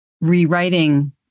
rewriting